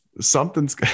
something's